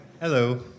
Hello